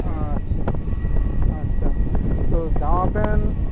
আচ্ছা আচ্ছা তো জামা প্যান্ট